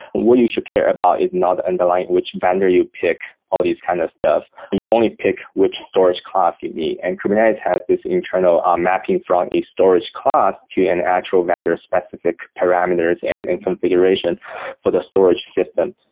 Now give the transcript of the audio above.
what you should care about is not underline which vendor you pick all these kind of stuff. you only pick which storage class you need, and kubernetes has this internal um mapping from each storage class to an actual vendor specific parameters and and configuration for the storage system.